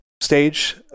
stage